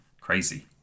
crazy